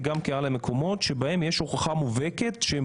וגם כאלה מקומות שבהם יש הוכחה מובהקת שהם